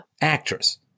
actress